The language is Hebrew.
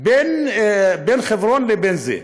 בין חברון לבין זה.